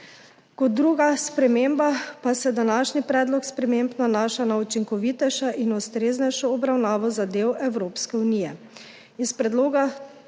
Kot druga sprememba pa se današnji predlog sprememb nanaša na učinkovitejšo in ustreznejšo obravnavo zadev Evropske unije.